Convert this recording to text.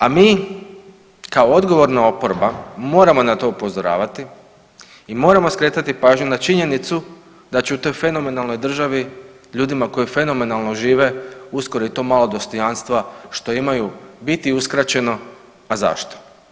A mi kao odgovorna oporba moramo na to upozoravati i moramo skretati pažnju na činjenicu da će u toj fenomenalnoj državi ljudima koji fenomenalno žive uskoro i to malo dostojanstva što imaju biti uskraćeno, a zašto.